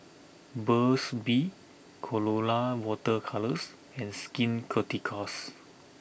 Burt's bee Colora Water Colours and Skin Ceuticals